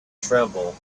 tremble